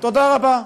תודה רבה,